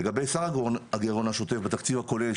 לגבי שאר הגרעון השוטף בתקציב הכולל,